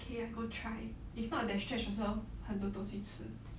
okay I go try if not that stretch also 很多东西吃